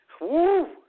Woo